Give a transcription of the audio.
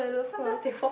sometimes they for